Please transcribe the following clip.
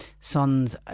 sons